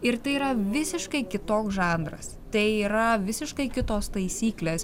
ir tai yra visiškai kitoks žanras tai yra visiškai kitos taisyklės